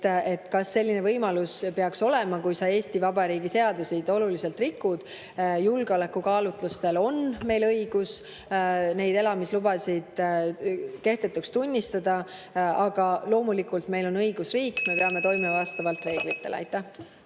ja selline võimalus peaks olema, kui sa Eesti Vabariigi seadusi oluliselt rikud. Julgeolekukaalutlustel on meil õigus neid elamislubasid kehtetuks tunnistada, aga loomulikult, meil on õigusriik, me peame toimima vastavalt reeglitele. Aitäh!